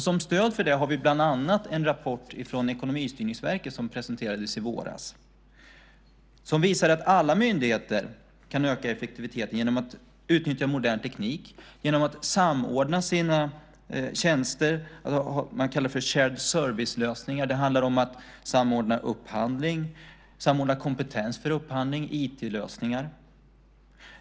Som stöd för det har vi bland annat en rapport från Ekonomistyrningsverket som presenterades i våras och som visar att alla myndigheter kan öka effektiviteten genom att utnyttja modern teknik, genom att samordna sina tjänster, man kallar det för share-it servicelösningar. Det handlar om att samordna upphandling, samordna kompetens för upphandling, IT-lösningar.